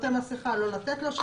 עוטה מסכה, לא לתת לו שירות.